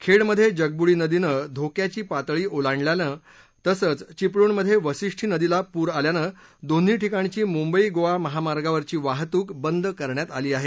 खेडमध्ये जगबुडी नदीनं धोक्याची पातळी ओलांडल्यानं तसंच चिपळूणमध्ये वाशिष्ठी नदीला पूर आल्यानं दोन्ही ठिकाणची मुंबई गोवा महामार्गावरची वाहतूक बंद करण्यात आली आहे